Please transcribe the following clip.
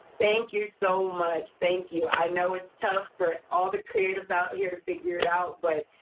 thank you so much. thank you. i know it's tough for all the creatives out here to figure it out, but,